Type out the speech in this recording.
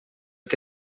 que